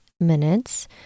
Minutes